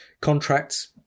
Contracts